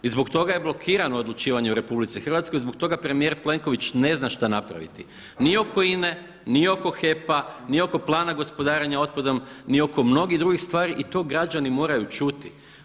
I zbog toga je blokirano odlučivanje u RH, zbog toga premijer Plenković ne zna šta napraviti ni oko INA-e, ni oko HEP-a, ni oko plana gospodarenja otpadom, ni oko mnogih drugih stvari i to građani moraju čuti.